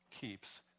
keeps